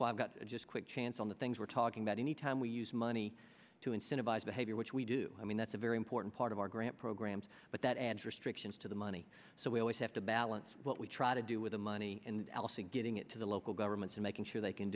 five got just quick chance on the things we're talking about any time we use money to incentivize behavior which we do i mean that's a very important part of our grant programs but that adds restrictions to the money so we always have to balance what we try to do with the money and allison getting it to the local governments and making sure they can